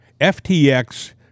FTX